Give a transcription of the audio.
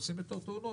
עושים יותר תאונות.